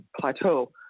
plateau